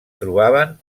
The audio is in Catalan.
trobaven